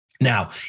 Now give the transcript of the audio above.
Now